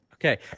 Okay